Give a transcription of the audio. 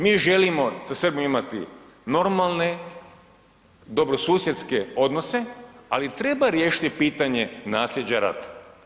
Mi želimo sa Srbijom imati normalne dobrosusjedske odnose, ali treba riješiti pitanje naslijeđa rata.